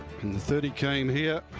the thirty came here.